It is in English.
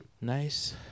nice